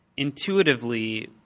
intuitively